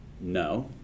No